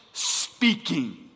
speaking